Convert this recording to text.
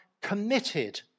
committed